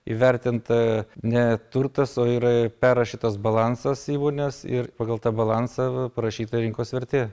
įvertinta ne turtas o yra perrašytas balansas įmonės ir pagal tą balansą parašyta rinkos vertė